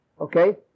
Okay